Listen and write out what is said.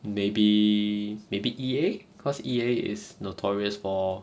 maybe maybe E_A cause E_A is notorious for